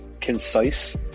concise